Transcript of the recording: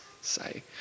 say